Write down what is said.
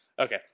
Okay